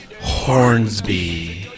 Hornsby